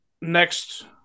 Next